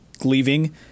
leaving